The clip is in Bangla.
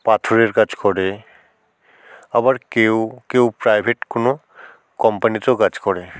পাথরের কাজ করে আবার কেউ কেউ প্রাইভেট কোনো কম্পানিতেও কাজ করে